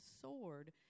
sword